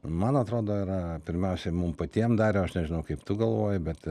man atrodo yra pirmiausiai mum patiem dariau aš nežinau kaip tu galvoji bet